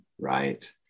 Right